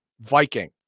viking